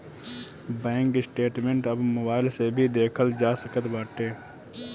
bank statement अब mobile से भी देखल जा सकत बाटे